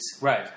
Right